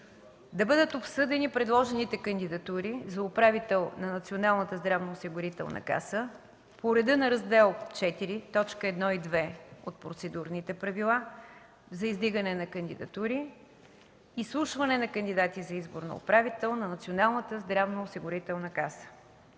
Да бъдат обсъдени предложените кандидатури за управител на Националната здравноосигурителна каса по реда на Раздел IV, т. 1 и 2 от Процедурните правила за издигане на кандидатури, изслушване на кандидати за избор на управител на Националната здравноосигурителна каса